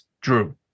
Drew